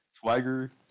Swagger